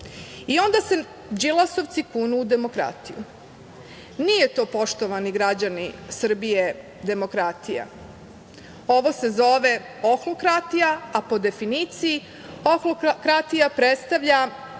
I onda se đilasovci kunu u demokratiju. Nije to, poštovani građani Srbije, demokratija. Ovo se zove oholkratija, a po definiciji oholkratija predstavlja